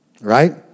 right